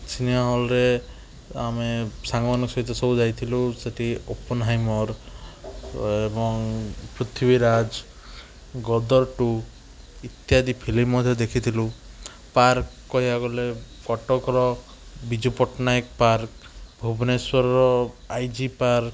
cinema ହଲରେ ଆମେ ସାଙ୍ଗମାନଙ୍କ ସହିତ ସବୁ ଯାଇଥିଲୁ ସେଠିକି ଓପେନହାଇମର ଏବଂ ପୃଥିବିରାଜ ଗଦର ଟୁ ଇତ୍ୟାଦି ଫିଲ୍ମ ମଧ୍ୟ ଦେଖିଥିଲୁ ପାର୍କ କହିବାକୁ ଗଲେ କଟକର ବିଜୁ ପଟ୍ଟନାୟକ ପାର୍କ ଭୁବନେଶ୍ୱରର ଆଇଜି ପାର୍କ